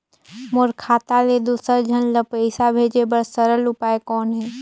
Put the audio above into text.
मोर खाता ले दुसर झन ल पईसा भेजे बर सरल उपाय कौन हे?